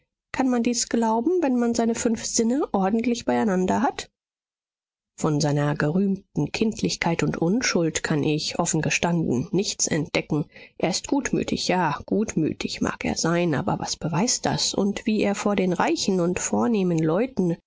kann man dies glauben wenn man seine fünf sinne ordentlich beieinander hat von seiner gerühmten kindlichkeit und unschuld kann ich offen gestanden nichts entdecken er ist gutmütig ja gutmütig mag er sein aber was beweist das und wie er vor den reichen und vornehmen leuten